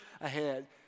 ahead